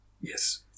Yes